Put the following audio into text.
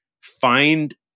find